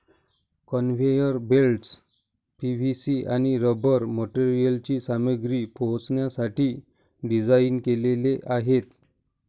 conveyor belts PVC आणि rubber मटेरियलची सामग्री पोहोचवण्यासाठी डिझाइन केलेले आहेत